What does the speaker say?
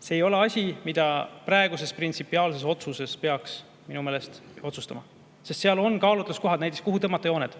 See ei ole asi, mida praeguses printsipiaalses otsuses peaks minu meelest otsustama, sest seal on kaalutluskohad, näiteks kuhu tõmmata jooned.